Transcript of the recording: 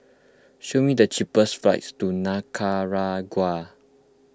show me the cheapest flights to Nicaragua